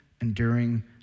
enduring